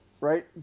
right